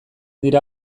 dira